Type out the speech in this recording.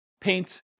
paint